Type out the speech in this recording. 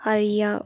அறிய